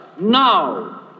now